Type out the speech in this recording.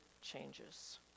changes